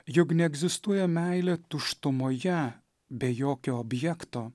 juk neegzistuoja meilė tuštumoje be jokio objekto